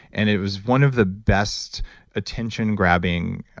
and it was one of the best attention grabbing